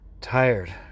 tired